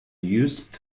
used